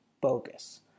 bogus